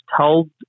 told